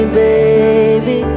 baby